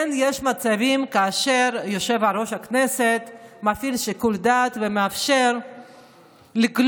כן יש מצבים שיושב-ראש הכנסת מפעיל שיקול דעת ומאפשר לגלוש